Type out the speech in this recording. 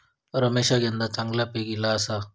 रमेशका यंदा चांगला पीक ईला आसा